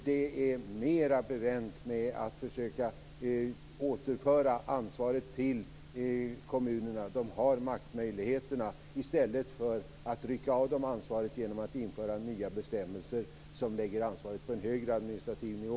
Det är mer bevänt med att försöka återföra ansvaret till kommunerna, som har maktmöjligheterna, än med att rycka av dem ansvaret genom att införa nya bestämmelser som lägger ansvaret på en högre administrativ nivå.